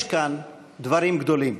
יש כאן דברים גדולים.